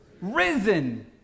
Risen